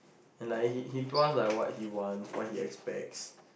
and like he he told us like what he want what he expects